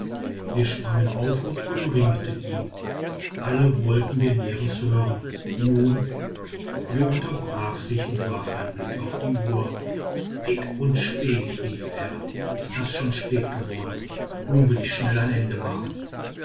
wir sprangen auf und umringten ihn alle wollten wir näheres hören nun jo unterbrach sich und warf einen blick auf die uhr pik und spe rief er ist das schon spät geworden nun ich will schnell ein ende machen